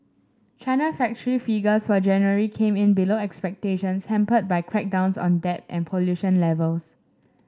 China factory figures for January came in below expectations hampered by crackdowns on debt and pollution levels